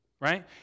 right